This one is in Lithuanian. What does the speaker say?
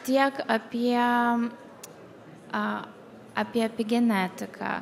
tiek apie a apie genetiką